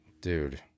dude